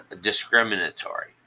discriminatory